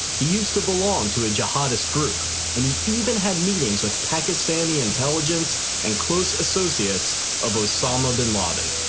he used to belong to a jihadist group and he even had meetings with pakistani intelligence and close associates of osama bin laden.